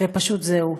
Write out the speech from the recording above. ופשוט זהו.